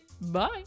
Bye